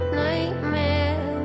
nightmare